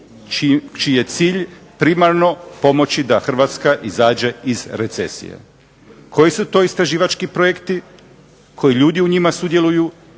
čiji je cilj primarno pomoći da Hrvatska izađe iz recesije. Koji su to istraživački projekti, koji ljudi u njima sudjeluju